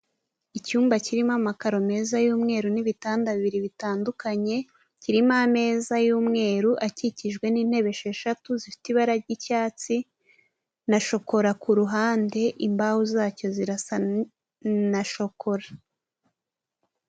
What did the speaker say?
Icyumba kirimo amakaro meza y'umweru n'ibitanda bibiri bitandukanye, kirimo ameza y'umweru akikijwe n'intebe esheshatu zifite ibara ry'icyatsi, na shokora k'uruhande imbaho zacyo zirasa na shokora.